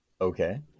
Okay